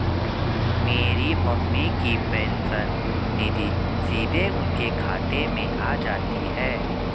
मेरी मम्मी की पेंशन निधि सीधे उनके खाते में आ जाती है